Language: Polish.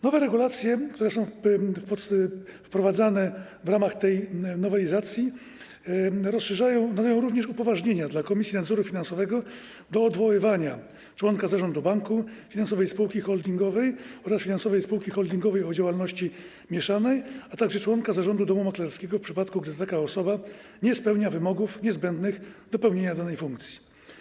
Nowe regulacje, które są wprowadzane w ramach tej nowelizacji, dają również upoważnienia Komisji Nadzoru Finansowego do odwoływania członka zarządu banku, finansowej spółki holdingowej oraz finansowej spółki holdingowej o działalności mieszanej, a także członka zarządu domu maklerskiego, w przypadku gdy taka osoba nie spełnia wymogów niezbędnych do pełnienia danej funkcji.